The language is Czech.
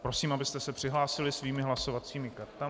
Prosím, abyste se přihlásili svými hlasovacími kartami.